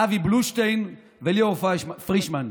אבי בלושטיין וליאור פרישמן.